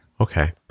Okay